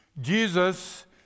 Jesus